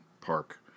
Park